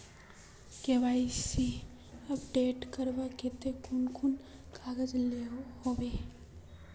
KYC update करवार केते कुन कुन कागज लागोहो होबे?